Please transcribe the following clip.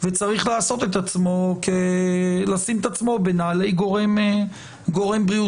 וצריך לשים עצמו בנעלי גורם בריאותי.